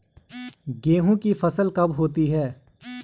गेहूँ की फसल कब होती है?